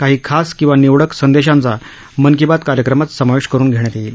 काही खास किंवा निवडक संदेशांचा मन की बात कार्यक्रमात समावेश करून घेण्यात येईल